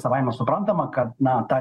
savaime suprantama kad na tą